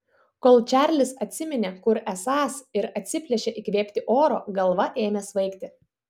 kol čarlis atsiminė kur esąs ir atsiplėšė įkvėpti oro galva ėmė svaigti